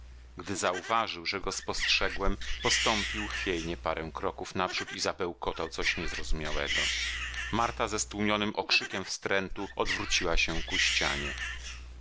gdy zauważył że go spostrzegłem postąpił chwiejnie parę kroków naprzód i zabełkotał coś niezrozumiałego marta ze stłumionym okrzykiem wstrętu odwróciła się ku ścianie